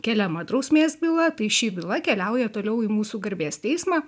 keliama drausmės byla tai ši byla keliauja toliau į mūsų garbės teismą